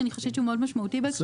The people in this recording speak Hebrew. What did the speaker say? שאני חושבת שמאוד משמעותי בהקשר הזה.